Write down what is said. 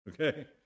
Okay